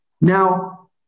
Now